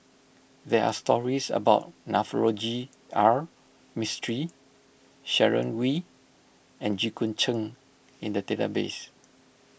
there are stories about Navroji R Mistri Sharon Wee and Jit Koon Ch'ng in the database